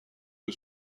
que